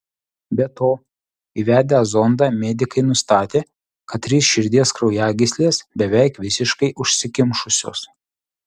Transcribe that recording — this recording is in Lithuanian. be to įvedę zondą medikai nustatė kad trys širdies kraujagyslės beveik visiškai užsikimšusios